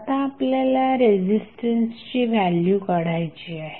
आता आपल्याला रेझिस्टन्सची व्हॅल्यू काढायची आहे